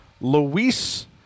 Luis